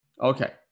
Okay